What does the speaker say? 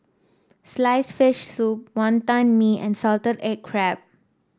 sliced fish soup Wantan Mee and Salted Egg Crab